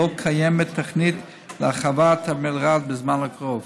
ולא קיימת תוכנית להרחבת המלר"ד בזמן הקרוב.